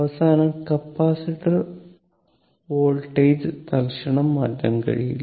അവസാനം capacitor voltage തൽക്ഷണം മാറ്റാൻ കഴിയില്ല